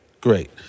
great